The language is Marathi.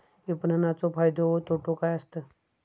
विपणाचो फायदो व तोटो काय आसत?